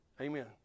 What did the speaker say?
Amen